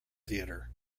theatre